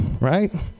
right